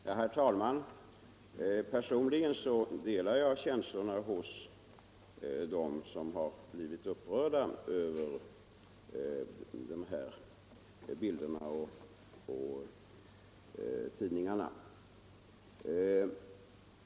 Herr talman! Personligen delar jag känslorna hos dem som har blivit upprörda över de här bilderna och tidningarna.